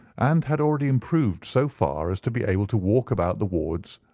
and had already improved so far as to be able to walk about the wards,